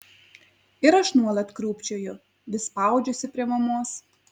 ir aš nuolat krūpčioju vis spaudžiuosi prie mamos